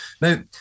Now